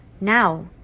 Now